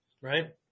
right